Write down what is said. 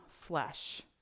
flesh